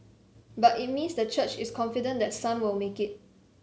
but it means the church is confident that Sun will make it